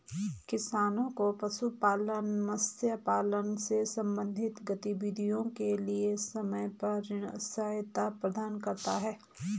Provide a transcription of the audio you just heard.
किसानों को पशुपालन, मत्स्य पालन से संबंधित गतिविधियों के लिए समय पर ऋण सहायता प्रदान करता है